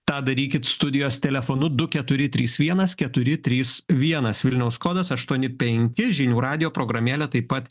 tą darykit studijos telefonu du keturi trys vienas keturi trys vienas vilniaus kodas aštuoni penki žinių radijo programėlė taip pat